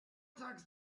tax